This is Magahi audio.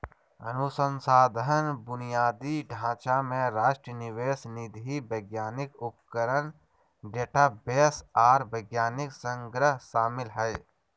अनुसंधान बुनियादी ढांचा में राष्ट्रीय निवेश निधि वैज्ञानिक उपकरण डेटाबेस आर वैज्ञानिक संग्रह शामिल हइ